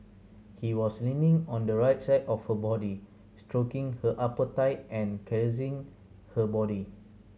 he was leaning on the right side of her body stroking her upper thigh and caressing her body